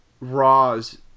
raw's